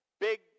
Big